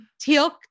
Teal